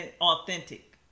authentic